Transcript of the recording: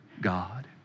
God